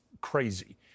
crazy